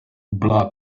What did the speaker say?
blood